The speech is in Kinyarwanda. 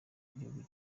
gihugu